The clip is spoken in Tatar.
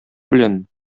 белән